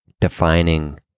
defining